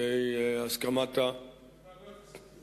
בהסכמת לוועדת הכספים.